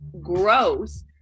gross